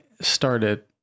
started